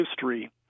history